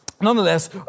Nonetheless